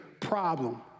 problem